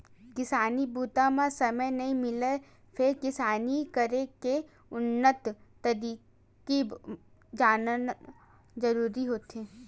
किसानी बूता म समे नइ मिलय फेर किसानी करे के उन्नत तरकीब जानना जरूरी होथे